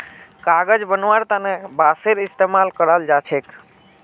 कागज बनव्वार तने बांसेर इस्तमाल कराल जा छेक